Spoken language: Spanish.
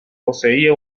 poseía